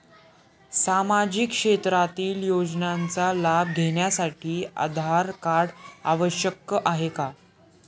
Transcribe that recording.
सामाजिक क्षेत्रातील योजनांचा लाभ घेण्यासाठी आधार कार्ड आवश्यक आहे का?